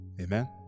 Amen